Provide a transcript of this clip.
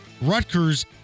Rutgers